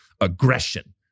aggression